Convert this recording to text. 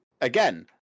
again